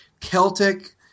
Celtic